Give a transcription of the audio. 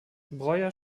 breuer